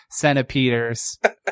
centipeders